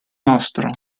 nostro